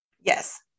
Yes